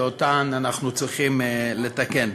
שאותן אנחנו צריכים לתקן.